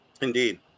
indeed